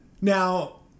Now